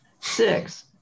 Six